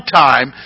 time